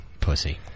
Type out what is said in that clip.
Pussy